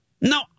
no